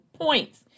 points